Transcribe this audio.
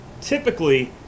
typically